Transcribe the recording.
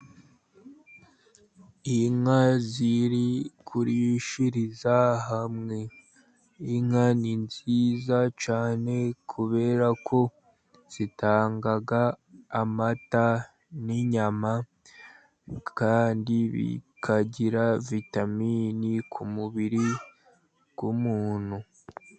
Inka ziri kurishiriza hamwe. Inka ni nziza cyane, kubera ko zitanga amata n'inyama. Kandi bikagira vitaminini ku mubiri w'umuntu.